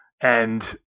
and-